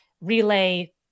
relay